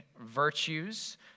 virtues